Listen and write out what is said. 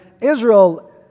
Israel